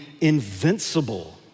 invincible